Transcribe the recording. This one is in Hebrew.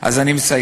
אז אני מסיים.